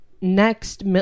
next